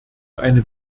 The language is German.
eine